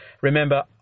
remember